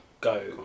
Go